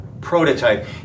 prototype